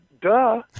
Duh